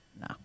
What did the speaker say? No